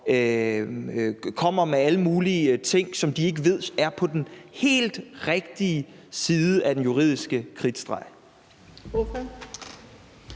kommer med alle mulige ting, som de ved ikke er på den helt rigtige side af den juridiske kridtstreg?